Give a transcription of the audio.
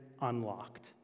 unlocked